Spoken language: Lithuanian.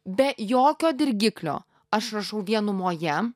be jokio dirgiklio aš rašau vienumoje